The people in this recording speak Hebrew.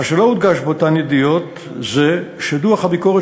מה שלא הודגש באותן ידיעות זה שדוח הביקורת